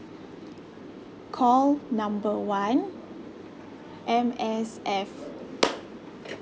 call number one M_S_F